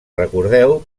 recordeu